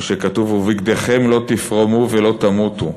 הוא הכתוב: "ובגדכם לא תפרמו ולא תמותו".